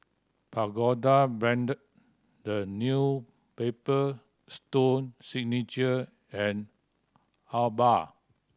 Pagoda Brand The New Paper Stone Signature and Alba